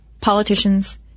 politicians